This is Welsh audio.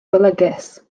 golygus